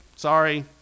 Sorry